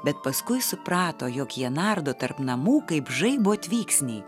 bet paskui suprato jog jie nardo tarp namų kaip žaibo tvyksniai